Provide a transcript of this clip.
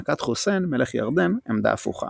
נקט חוסיין, מלך ירדן, עמדה הפוכה.